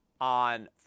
on